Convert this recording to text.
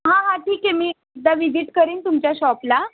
हां हां ठीक आहे मी एकदा व्हिजिट करेन तुमच्या शॉपला